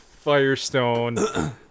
Firestone